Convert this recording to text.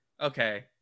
Okay